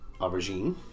Aubergine